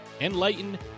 enlighten